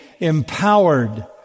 empowered